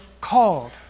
called